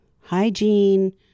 hygiene